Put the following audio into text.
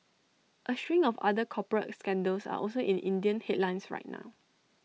A string of other corporate scandals are also in Indian headlines right now